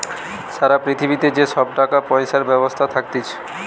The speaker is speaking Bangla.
সারা পৃথিবীতে যে সব টাকা পয়সার ব্যবস্থা থাকতিছে